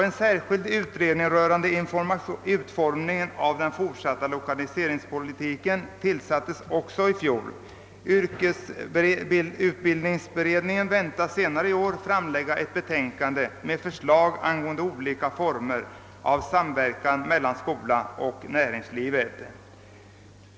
En särskild utredning rörande utformningen av den fortsatta = lokaliseringspolitiken = tillsattes också i fjol. Yrkesutbildningsutredningen väntas senare i år framlägga ett betänkande med förslag angående olika former av samverkan mellan skolan och näringslivet.